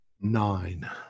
Nine